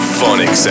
Phonic